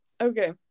Okay